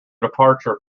departure